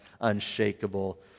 unshakable